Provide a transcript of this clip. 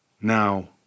Now